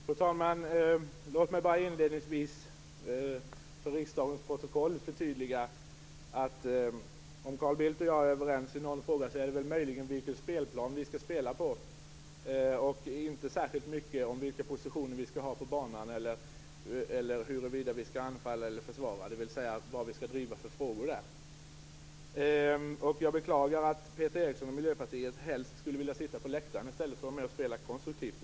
Fru talman! Låt mig inledningsvis för riksdagens protokoll förtydliga en sak. Om Carl Bildt och jag är överens i någon fråga är det möjligen om vilken spelplan vi skall spela på. Det gäller inte särskilt mycket vilka positioner vi skall ha på banan eller huruvida vi skall anfalla eller försvara, dvs. vilka frågor vi skall driva. Jag beklagar att Peter Eriksson och Miljöpartiet helst vill sitta på läktaren i stället för att vara med och spela konstruktivt.